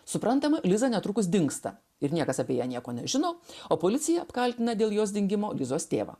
suprantama liza netrukus dingsta ir niekas apie ją nieko nežino o policija apkaltina dėl jos dingimo lizos tėvą